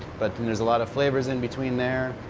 but there is a lot of flavors in between there.